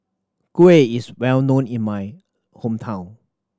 kuih is well known in my hometown